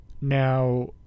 Now